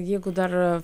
jeigu dar